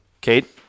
Kate